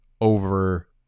over –